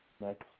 next